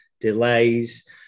delays